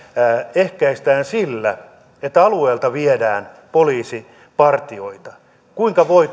ehkäistään sillä että alueelta viedään poliisipartioita kuinka voi